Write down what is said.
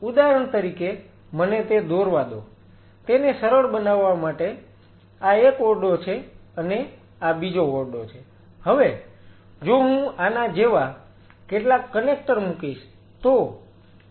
ઉદાહરણ તરીકે મને તે દોરવા દો તેને સરળ બનાવવા માટે આ એક ઓરડો છે અને આ બીજો ઓરડો છે હવે જો હું આના જેવા કેટલાક કનેક્ટર મુકીશ